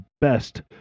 best